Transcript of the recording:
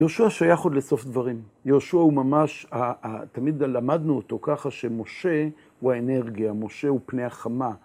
יהושע שייך עוד לסוף דברים, יהושע הוא ממש, תמיד למדנו אותו ככה שמשה הוא האנרגיה, משה הוא פני החמה.